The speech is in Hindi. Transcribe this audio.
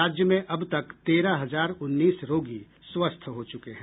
राज्य में अब तक तेरह हजार उन्नीस रोगी स्वस्थ हो चुके हैं